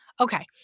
okay